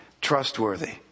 trustworthy